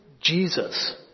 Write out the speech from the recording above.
Jesus